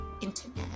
internet